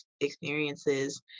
experiences